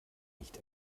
nicht